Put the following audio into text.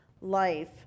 life